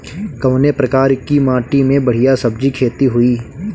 कवने प्रकार की माटी में बढ़िया सब्जी खेती हुई?